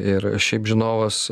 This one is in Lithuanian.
ir šiaip žinovas